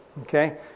Okay